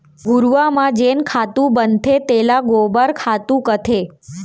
घुरूवा म जेन खातू बनथे तेला गोबर खातू कथें